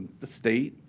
the state,